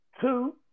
two